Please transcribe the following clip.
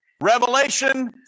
Revelation